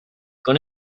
con